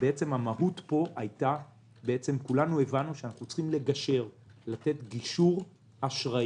בעצם כולנו הבנו שאנחנו צריכים לתת גישור אשראי,